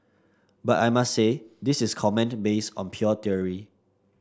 but I must say this is comment based on pure theory